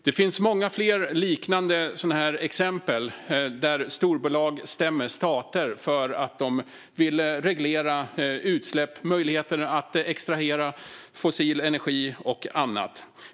Det finns många fler liknande exempel där storbolag stämmer stater för att dessa vill reglera utsläpp, möjligheter att extrahera fossil energi och annat.